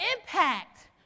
impact